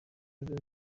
bigira